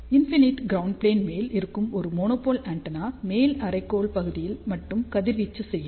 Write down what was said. infinite ground plane மேல் இருக்கும் ஒரு மோனோபோல் ஆண்டெனா மேல் அரைக்கோள பகுதியில் மட்டும் கதிர்வீச்சு செய்யும்